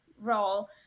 role